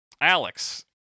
Alex